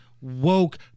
woke